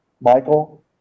Michael